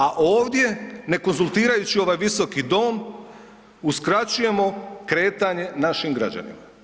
A ovdje ne konzultirajući ovaj visoki dom, uskraćujemo kretanje našim građanima.